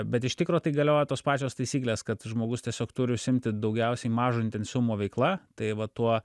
bet iš tikro tai galioja tos pačios taisyklės kad žmogus tiesiog turi užsiimti daugiausiai mažo intensyvumo veikla tai va tuo